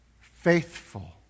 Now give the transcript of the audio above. faithful